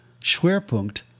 Schwerpunkt